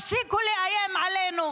תפסיקו לאיים עלינו.